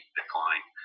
decline